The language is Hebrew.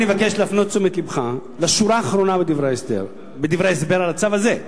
אני מבקש להפנות את תשומת לבך לשורה האחרונה בדברי ההסבר על הצו הזה,